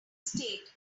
state